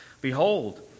Behold